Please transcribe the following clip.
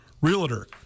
realtor